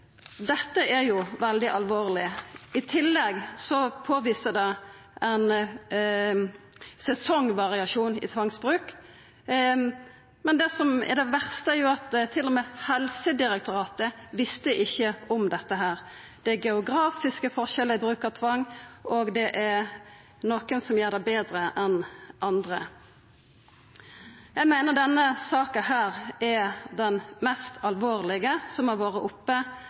Dette er veldig alvorleg. I tillegg vert det påvist ein sesongvariasjon i tvangsbruk. Men det som er det verste, er at til og med Helsedirektoratet ikkje visste om dette. Det er geografiske forskjellar i bruk av tvang, og det er nokon som gjer det betre enn andre. Eg meiner denne saka her er den mest alvorlege som har vore oppe